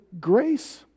grace